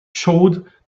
showed